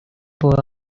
for